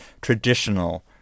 traditional